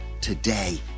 today